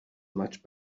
much